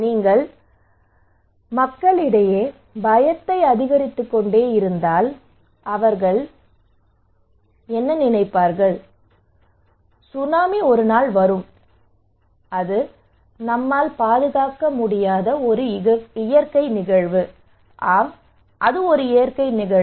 நீங்கள் மக்களிடையே பயத்தை அதிகரித்துக்கொண்டே இருந்தால் அவர்கள் நினைப்பார்கள் சுனாமி ஒரு நாள் வரும் அது நம்மால் பாதுகாக்க முடியாத ஒரு இயற்கை நிகழ்வு